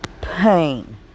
Pain